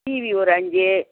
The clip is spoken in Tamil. டிவி ஒரு அஞ்சு